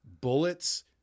bullets